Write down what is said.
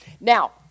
Now